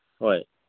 ꯍꯣꯏ